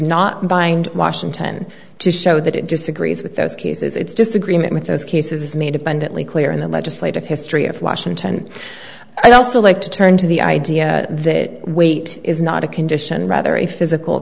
not bind washington to show that it disagrees with those cases its disagreement with those cases is made abundantly clear in the legislative history of washington i'd also like to turn to the idea that weight is not a condition rather a physical